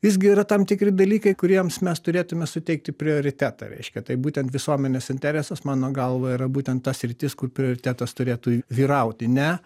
visgi yra tam tikri dalykai kuriems mes turėtume suteikti prioritetą reiškia tai būtent visuomenės interesas mano galva yra būtent ta sritis kur prioritetas turėtų vyrauti ne